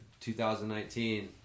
2019